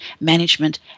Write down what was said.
management